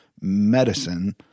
medicine